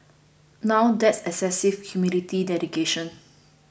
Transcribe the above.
now that's excessive humility dedication